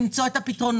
צריך למצוא את הפתרונות,